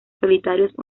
solitarios